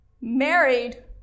married